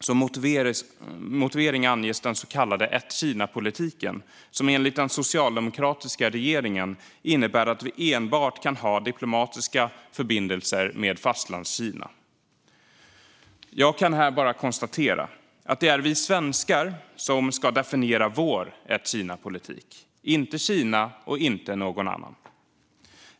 Som motivering anges den så kallade ett-Kina-politiken, som enligt den socialdemokratiska regeringen innebär att vi enbart kan ha diplomatiska förbindelser med Fastlandskina. Jag kan här bara konstatera att det är vi svenskar som ska definiera vår ett-Kina-politik, inte Kina och inte någon annan.